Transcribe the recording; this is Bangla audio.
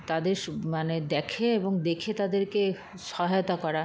তাদের স্ মানে দেখে এবং দেখে তাদেরকে সহায়তা করা